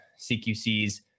cqcs